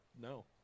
No